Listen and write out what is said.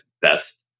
Best